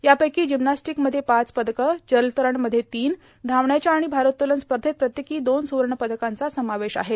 यापैकां जिम्नास्टिकध्ये पाच पदकं जलतरण मध्ये तीन धावण्याच्या र्आण भारोत्तोलन स्पधत प्रत्येकां दोन स्वण पदकांचा समावेश आहे